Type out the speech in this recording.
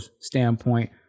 standpoint